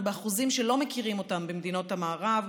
אנחנו באחוזים שלא מכירים אותם במדינות המערב,